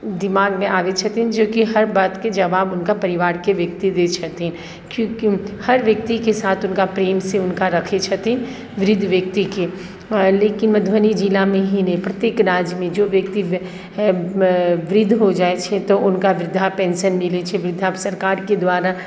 दिमाग मे आबै छथिन जेकी हर बात के जवाब हुनका परिवार के व्यक्ति दै छथिन किएकि हर व्यक्ति के साथ हुनका प्रेम से हुनका रखै छथिन वृद्ध व्यक्ति के आ लेकिन मधुबनी जिला मे ही नहि प्रत्येक राज्य मे जे व्यक्ति वृद्ध हो जाइ छै तऽ ओ हुनका वृद्धा पेन्शन मिलै छै वृद्धा सरकार के द्वारा